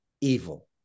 evil